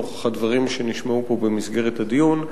נוכח הדברים שנשמעו כאן במסגרת הדיון.